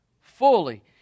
Fully